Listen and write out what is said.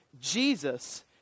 Jesus